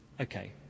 okay